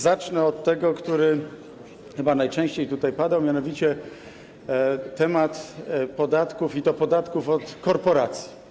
Zacznę od tego, co chyba najczęściej tutaj padało, mianowicie od tematu podatków, i to podatków od korporacji.